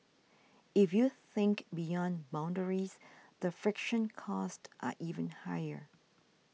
if you think beyond boundaries the friction costs are even higher